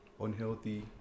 unhealthy